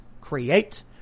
create